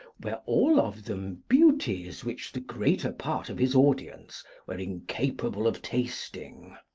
were all of them beauties which the greater part of his audience were incapable of tasting.